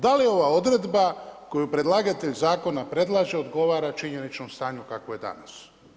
Da li ova odredba koju predlagatelj Zakona predlaže odgovara činjeničnom stanju kakvo je danas?